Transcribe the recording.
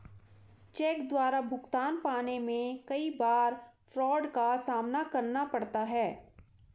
check द्वारा भुगतान पाने में कई बार फ्राड का सामना करना पड़ता है